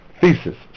Thesis